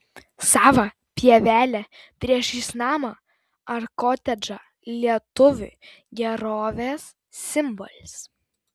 sava pievelė priešais namą ar kotedžą lietuviui gerovės simbolis